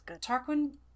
Tarquin